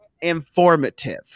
informative